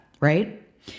right